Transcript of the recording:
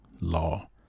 law